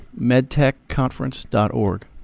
Medtechconference.org